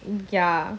ya